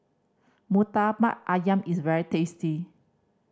Murtabak Ayam is very tasty